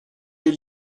est